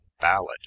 ballad